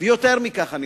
ויותר מכך, אני